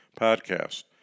podcast